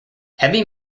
heavy